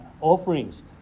offerings